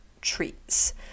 treats